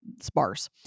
sparse